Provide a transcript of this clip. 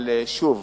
אבל, שוב,